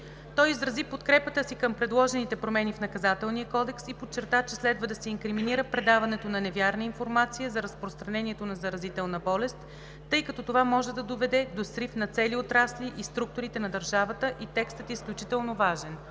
Той изрази подкрепата си към предложените промени в Наказателния кодекс и подчерта, че следва да се инкриминира предаването на невярна информация за разпространението на заразителна болест, тъй като това може да доведе до срив на цели отрасли и структурите на държавата и текстът е изключително важен.